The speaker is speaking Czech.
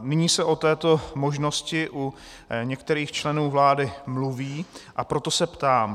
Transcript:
Nyní se o této možnosti u některých členů vlády mluví, a proto se ptám.